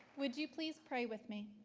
would you please pray with me?